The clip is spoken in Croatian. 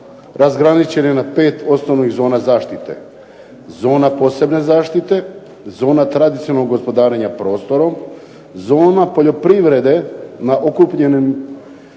razgraničen je na 5 osnovnih zona zaštite - zona posebne zaštite, zona tradicionalnog gospodarenja prostorom, zona poljoprivrede na okupljenim